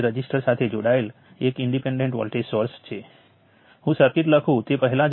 B minus N plus 1 Kirchhoff voltage લૉના સમીકરણો અને B એલિમેન્ટના સંબંધો પણ જોયા છે